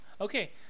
Okay